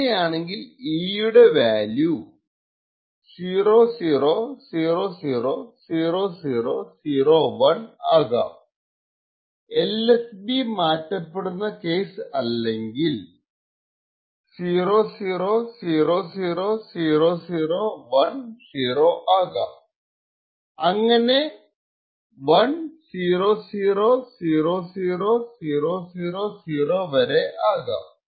അങ്ങനെയാണെങ്കിൽ e യുടെ value 00000001 ആകാം LSB മാറ്റപ്പെടുന്ന കേസ് അല്ലെങ്കിൽ 00000010 ആകാം അങ്ങനെ 10000000 വരെ ആകാം